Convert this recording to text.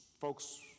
folks